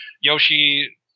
Yoshi